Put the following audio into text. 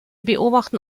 beobachten